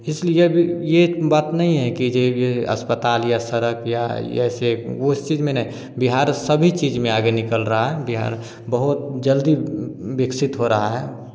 इस लिए ये बात नहीं है कि ये ये अस्पताल या सड़क या ये ऐसे वो इस चीज़ में नहीं बिहार सभी चीज़ में आगे निकल रहा है बिहार बहुत जल्दी विकसित हो रहा है